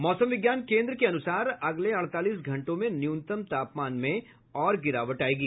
मौसम विज्ञान केन्द्र के अनुसार अगले अड़तालीस घंटों में न्यूनतम तापमान में और गिरावट आयेगी